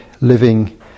living